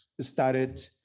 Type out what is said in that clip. started